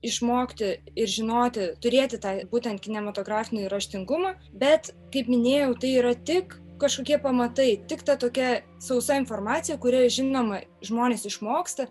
išmokti ir žinoti turėti tą būtent kinematografinį raštingumą bet kaip minėjau tai yra tik kažkokie pamatai tik ta tokia sausa informacija kuria žinoma žmonės išmoksta